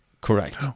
correct